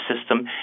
system